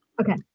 Okay